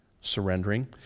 surrendering